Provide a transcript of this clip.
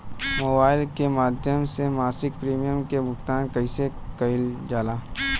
Mobile के माध्यम से मासिक प्रीमियम के भुगतान कैसे कइल जाला?